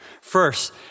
First